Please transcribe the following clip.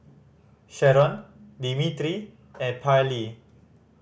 Sheron Dimitri and Pairlee